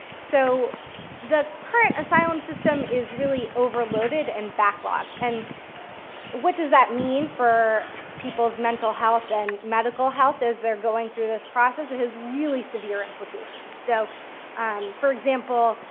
so the current asylum system is really overloaded and backlogged. and what does that mean for people's mental health and medical health as they're going through this process? it has really severe implications. so for example,